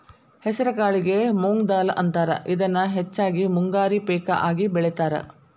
ಹೆಸರಕಾಳಿಗೆ ಮೊಂಗ್ ದಾಲ್ ಅಂತಾರ, ಇದನ್ನ ಹೆಚ್ಚಾಗಿ ಮುಂಗಾರಿ ಪೇಕ ಆಗಿ ಬೆಳೇತಾರ